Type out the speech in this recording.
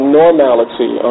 normality